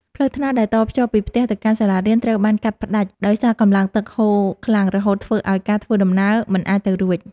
ផ្លូវថ្នល់ដែលតភ្ជាប់ពីផ្ទះទៅកាន់សាលារៀន ត្រូវបានកាត់ផ្តាច់ដោយសារកម្លាំងទឹកហូរខ្លាំង រហូតធ្វើឱ្យការធ្វើដំណើរមិនអាចទៅរួច។